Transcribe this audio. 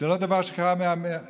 זה לא דבר שקרה בעבר.